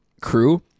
crew